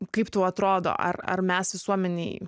kaip tau atrodo ar ar mes visuomenėj